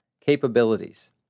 capabilities